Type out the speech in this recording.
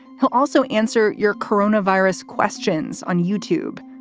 he'll also answer your coronavirus questions on youtube.